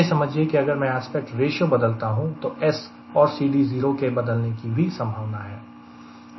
यह समझिए कि अगर मैं एस्पेक्ट रेशियों बदलता हूं तो S और CD0 के बदलने की भी संभावना है